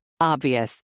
Obvious